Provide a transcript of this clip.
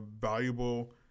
valuable